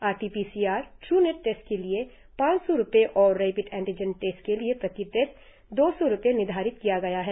are T P C R TrueNat test के लिए पांच सौ रुपये और रेपिड एंटिजन टेस्ट के लिए प्रति टेस्ट दो सौ रुपये निर्धारित किया गया है